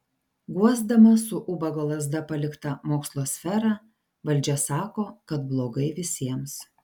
guosdama su ubago lazda paliktą mokslo sferą valdžia sako kad blogai visiems